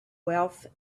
wealth